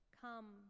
Come